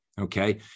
okay